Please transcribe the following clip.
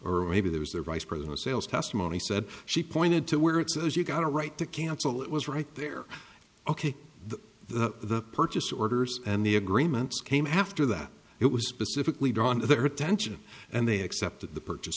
or maybe that was their vice president sales testimony said she pointed to where it says you got a right to cancel it was right there ok the purchase orders and the agreement came after that it was specifically drawn to their attention and they accepted the purchase